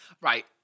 Right